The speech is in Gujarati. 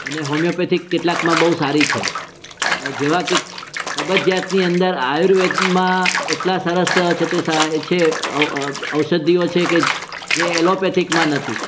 અને હોમયોપેથિક કેટલાકમાં બહુ સારી છે જેવા કે કબજિયાતની અંદર આયુર્વેદમાં એટલાં સરસ છે તે છે ઔષધિઓ છે કે જે એલોપેથિકમાં નથી